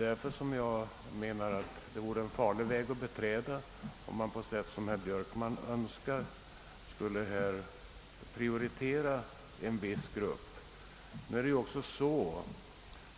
Därför menar jag att det vore en farlig väg att beträda om vi prioritera de en viss grupp på sätt som herr Björkman